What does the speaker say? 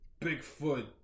Bigfoot